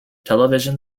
television